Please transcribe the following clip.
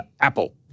Apple